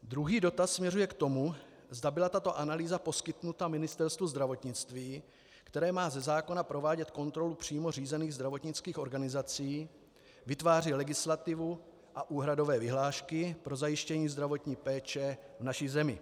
Druhý dotaz směřuje k tomu, zda byla tato analýza poskytnuta Ministerstvu zdravotnictví, které má ze zákona provádět kontrolu přímo řízených zdravotnických organizací, vytváří legislativu a úhradové vyhlášky pro zajištění zdravotní péče v naší zemi.